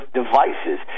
devices